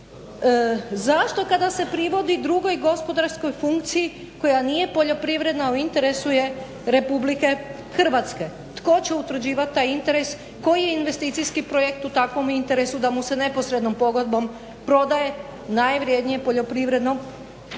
Zašto kada se privodi drugoj gospodarskoj funkciji koja nije poljoprivredna a u interesu je Republike Hrvatske. Tko će utvrđivat taj interes, koji je investicijski projekt u takvom interesu da mu se neposrednom pogodbom prodaje najvrednije poljoprivredno